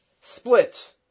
split